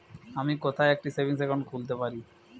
আমি কোথায় একটি সেভিংস অ্যাকাউন্ট খুলতে পারি?